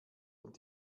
und